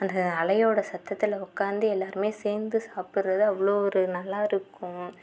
அந்த அலையோடு சத்தத்தில் உக்காந்து எல்லாருமே சேர்ந்து சாப்பிட்றது அவ்வளோ ஒரு நல்லாயிருக்கும்